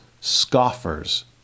scoffers